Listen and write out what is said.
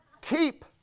Keep